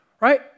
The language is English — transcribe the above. Right